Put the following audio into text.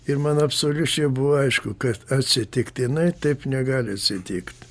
ir man absoliučiai buvo aišku kad atsitiktinai taip negali atsitikt